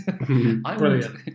Brilliant